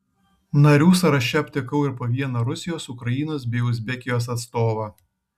narių sąraše aptikau ir po vieną rusijos ukrainos bei uzbekijos atstovą